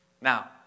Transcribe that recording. Now